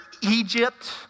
Egypt